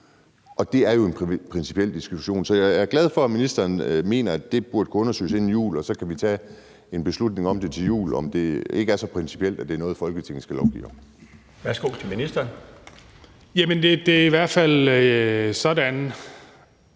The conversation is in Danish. Det er jo en principiel diskussion. Så jeg er glad for, at ministeren mener, at det burde kunne undersøges inden jul, og så kan vi tage en beslutning til jul om, om det ikke er så principielt, at det er noget, Folketinget skal lovgive om. Kl. 18:17 Den fg. formand (Bjarne